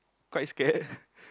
quite scared